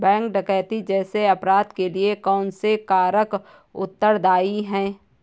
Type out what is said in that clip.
Bank डकैती जैसे अपराध के लिए कौन से कारक उत्तरदाई हैं?